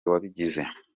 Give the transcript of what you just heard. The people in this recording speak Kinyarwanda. wabigize